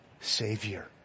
savior